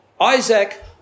Isaac